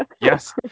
Yes